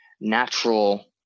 natural